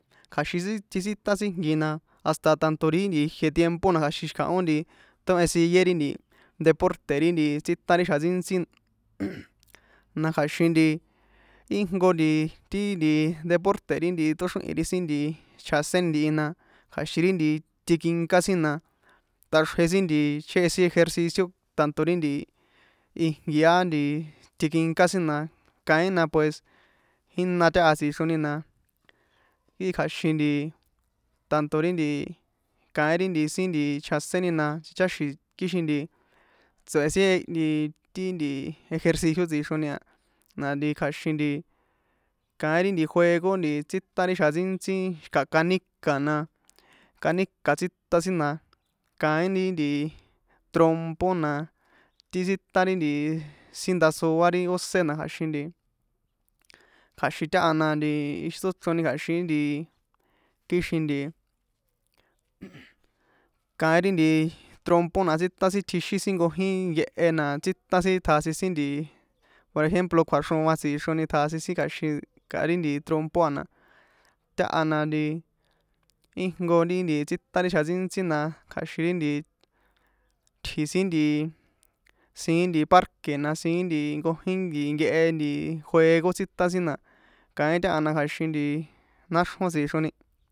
Nti sin titsítan sin tjitsínta sin ijnki na hasta tanto ri nti ijie tiempo na kja̱xin xi̱kahón tóhen sigue ri deporte̱ ri nti tsítan ri xjan ntsíntsi, na kja̱xin nti íjnko nti ti nti deporte̱ ri nti tóxrihi̱n ri sin chjaséni ntihi na kja̱xin ri nti tikinká sin na taxrje sin nti chehe sin ejercicio tanto ri nti ijnki á nti tinkinká sin na kaín na pues jina taha tsixroni na i kja̱xin nti tanto ri nti kaín ri nti sin chjaséni na ticháxi̱n kixin nti tso̱hen sin ti nti ejercicio tsixroni a na nti kja̱xin nti kaín ri juego nti tsítan ri xjan ntsíntsí xi̱kaha kaníka̱ na kaníka̱ tsítan sin na kaín ri nti trompo na ti tsítan ri nti sin ndasoa ri ósé na kja̱xin nti kja̱xin taha na nti ixi tsóchroni kja̱xin nti kixin nti, kaín ri nti trompo na tsítan sin tjixin sin nkojin nkehe na tsítan sin tjasin sin nti por ejemplo kjuaxroan tsixroni tjasin sin kja̱xin xi̱kaha ri trompo a na taha na nti íjnko ri nti tsítan ri xjan ntsíntsí na kja̱xin ri nti tji̱ sin nti siín nti parque̱ na siín nkojin nkehe juego tsíta sin na kaín taha na kja̱xin náxrjón tsixroni.